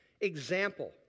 Example